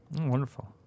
Wonderful